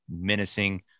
menacing